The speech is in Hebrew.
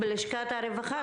בלשכת הרווחה,